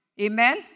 Amen